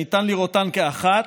שניתן לראותן כאחת,